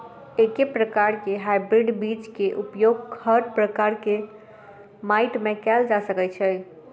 एके प्रकार केँ हाइब्रिड बीज केँ उपयोग हर प्रकार केँ माटि मे कैल जा सकय छै?